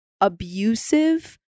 abusive